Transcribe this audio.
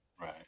Right